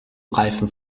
reifen